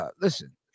Listen